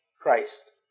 Christ